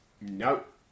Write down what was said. Nope